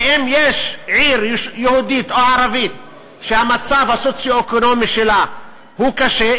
ואם יש עיר יהודית או ערבית שהמצב הסוציו-אקונומי שלה הוא קשה,